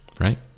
right